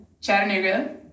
Chattanooga